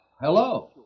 hello